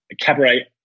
cabaret